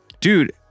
dude